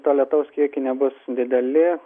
to lietaus kiekiai nebus dideli